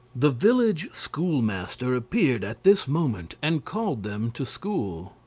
the village schoolmaster appeared at this moment and called them to school.